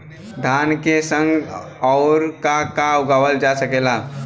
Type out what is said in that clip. धान के संगे आऊर का का उगावल जा सकेला?